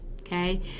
okay